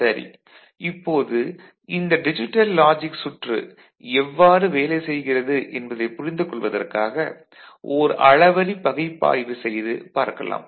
சரி இப்போது இந்த டிஜிட்டல் லாஜிக் சுற்று எவ்வாறு வேலைசெய்கிறது என்பதைப் புரிந்துகொள்வதற்காக ஒர் அளவறி பகுப்பாய்வு செய்து பார்க்கலாம்